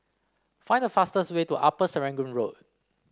find the fastest way to Upper Serangoon Road